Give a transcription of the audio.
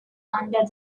under